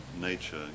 nature